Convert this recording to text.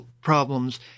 problems